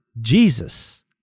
Jesus